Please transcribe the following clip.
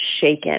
shaken